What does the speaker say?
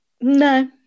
No